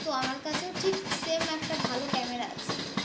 তো আমার কাছেও ঠিক সেম একটা ভালো ক্যামেরা আছে